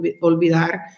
olvidar